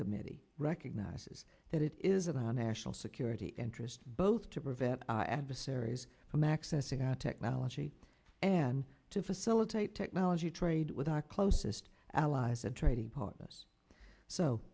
committee recognizes that it is of our national security interest both to prevent our adversaries from accessing our technology and to facilitate technology trade with our closest allies and trading partners so